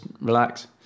relax